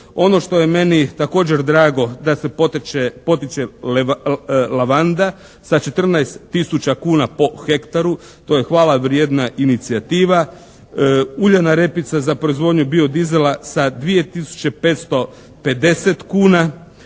Ono što je meni također drago da se potiče lavanda sa 14 tisuća kuna po hektaru. To je hvale vrijedna inicijativa. Uljana repica za proizvodnju bio dizela sa 2 tisuće